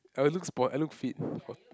I look sport I look fit